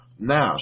Now